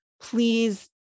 please